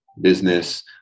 business